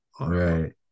right